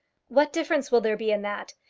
what difference will there be in that?